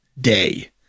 day